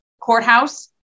courthouse